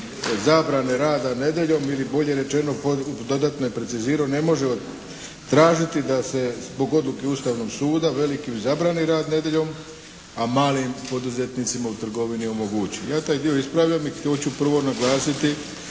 zabrane rada nedjeljom ili bolje rečeno dodatno je precizirao ne može tražiti da se zbog odluke Ustavnog suda velikim zabrani rad nedjeljom, a malim poduzetnicima u trgovini omogući. Ja taj dio ispravljam i hoću prvo naglasiti